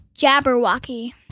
Jabberwocky